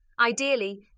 Ideally